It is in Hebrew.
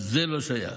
אז זה לא שייך.